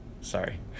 Sorry